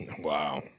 Wow